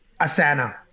Asana